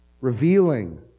Revealing